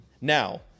Now